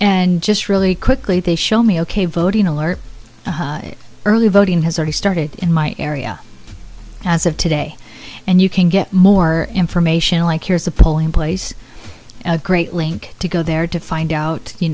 and just really quickly they show me ok voting alert early voting has already started in my area as of today and you can get more information like here's a polling place a great link to go there to find out you